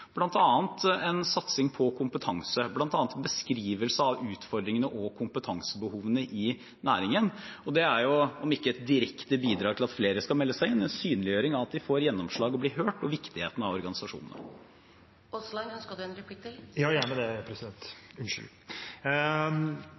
en satsing på kompetanse, en beskrivelse av utfordringene og kompetansebehovene i næringen. Det er jo, om ikke et direkte bidrag til at flere skal melde seg inn, en synliggjøring av at de får gjennomslag og blir hørt og at organisasjonen er viktig. Det er interessant å høre statsråden vektlegge skattesponsing når det